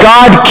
God